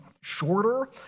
shorter